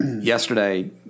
yesterday